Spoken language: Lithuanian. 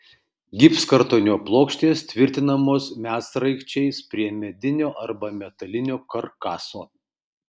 gipskartonio plokštės tvirtinamos medsraigčiais prie medinio arba metalinio karkaso